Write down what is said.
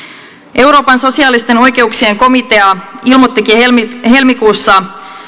euroopan sosiaalisten oikeuksien komitea ilmoittikin helmikuussa